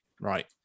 right